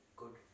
good